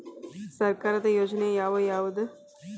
ಸರ್ಕಾರದ ಯೋಜನೆ ಯಾವ್ ಯಾವ್ದ್?